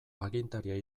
agintaria